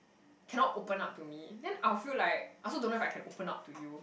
cannot open up to me then I will feel like I also don't know if I can open up to you